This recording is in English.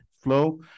flow